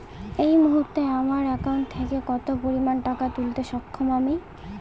এই মুহূর্তে আমার একাউন্ট থেকে কত পরিমান টাকা তুলতে সক্ষম আমি?